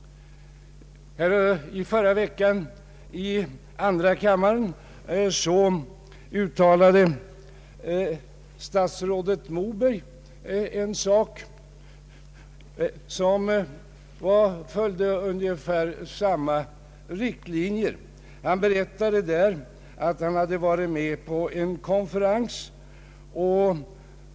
I förra veckan berättade statsrådet Moberg i andra kammaren att han hade varit med på en stor internationell konferens.